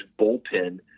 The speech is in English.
bullpen